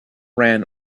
ran